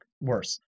worse